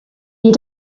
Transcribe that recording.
you